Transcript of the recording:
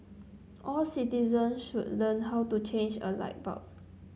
all citizens should learn how to change a light bulb